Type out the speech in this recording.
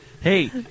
Hey